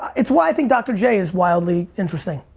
it's why i think dr. j is wildly interesting.